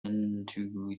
into